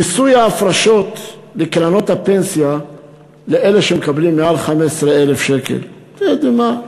מיסוי ההפרשות לקרנות הפנסיה לאלה שמקבלים מעל 15,000 אתם יודעים מה,